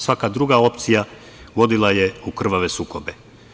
Svaka druga opcija vodila je u krvave sukobe.